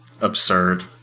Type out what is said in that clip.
absurd